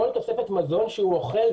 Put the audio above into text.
כל תוספת מזון שהוא אוכל,